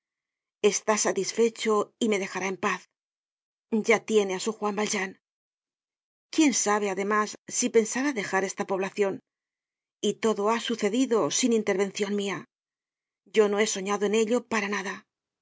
está satisfecho y me dejará en paz ya tiene á su juan valjean quién sabe además si pensará dejar esta poblacion y todo ha sucedido sin intervencion mia yo no he soñado en ello para nada